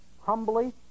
humbly